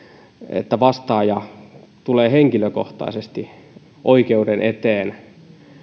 että vastaaja tulee henkilökohtaisesti oikeuden eteen